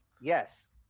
Yes